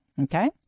Okay